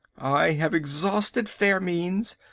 i have exhausted fair means,